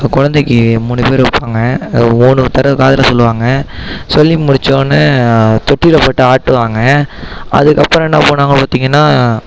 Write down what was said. இப்போ குழந்தைக்கு மூணு பேர் வைப்பாங்க மூணு தட காதில் சொல்வாங்க சொல்லி முடித்த ஒடன தொட்டிலில் போட்டு ஆட்டுவாங்க அதுக்கு அப்றம் என்னப் பண்ணுவாங்க பார்த்திங்கன்னா